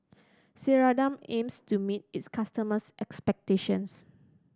Ceradan aims to meet its customers' expectations